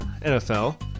NFL